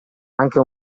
anche